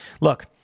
Look